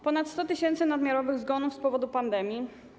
Ponad 100 tys. nadmiarowych zgonów z powodu pandemii.